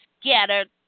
scattered